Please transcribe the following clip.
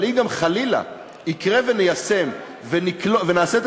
אבל אם גם חלילה יקרה וניישם ונעשה את